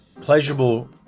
pleasurable